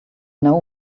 know